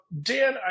Dan